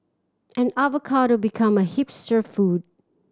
and avocado became a hipster food